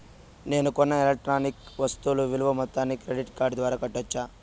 నేను కొన్న ఎలక్ట్రానిక్ వస్తువుల విలువ మొత్తాన్ని క్రెడిట్ కార్డు ద్వారా కట్టొచ్చా?